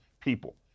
people